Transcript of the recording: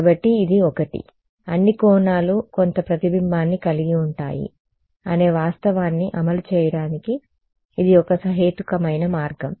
కాబట్టి ఇది ఒకటి అన్ని కోణాలు కొంత ప్రతిబింబాన్ని కలిగి ఉంటాయి అనే వాస్తవాన్ని అమలు చేయడానికి ఇది ఒక సహేతుకమైన మార్గం